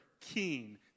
keen